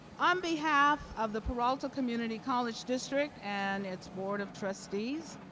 um behalf of the peralta community college district and its board of trustees,